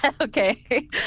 okay